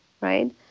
right